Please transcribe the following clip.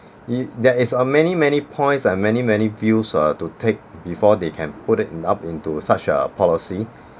e~ there is uh many many points and many many views err to take before they can put it up into such a policy